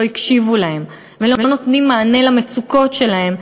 הקשיבו להם ולא נותנים מענה למצוקות שלהם,